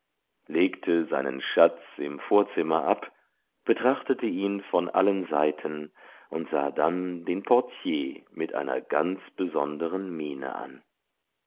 legte seinen schatz im vorzimmer ab betrachtete ihn von allen seiten und sah dann den portier mit einer ganz besonderen miene an